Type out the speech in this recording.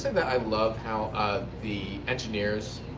that i love how ah the engineers